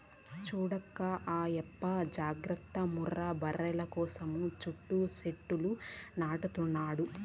చూడక్కా ఆయప్ప జాగర్త ముర్రా బర్రెల కోసం సుట్టూ సెట్లు నాటతండాడు